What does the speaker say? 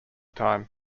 time